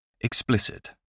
Explicit